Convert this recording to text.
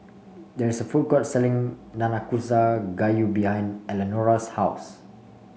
there is a food court selling Nanakusa Gayu behind Elenora's house